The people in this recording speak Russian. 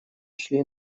шли